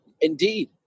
Indeed